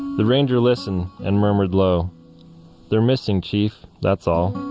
the ranger listened and murmured low they're missing chief. that's all